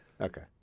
Okay